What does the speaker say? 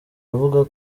avuga